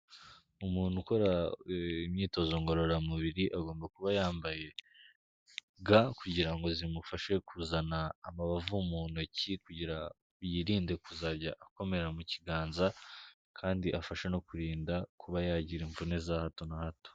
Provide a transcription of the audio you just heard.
Umuntu ukora imyitozo ngororamubiri, agomba kuba yambaye ga, kugira ngo zimufashe kuzana amabavu mu ntoki, kugira ngo yirinde kuzajya akomera mu kiganza, kandi afashe no kurinda kuba yagira imvune za hato na hato.